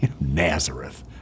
Nazareth